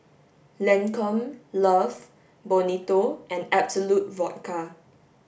Lancome Love Bonito and Absolut Vodka